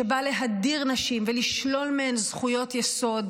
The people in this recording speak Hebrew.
שבא להדיר נשים ולשלול מהן זכויות יסוד